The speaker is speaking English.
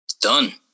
done